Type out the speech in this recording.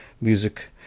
music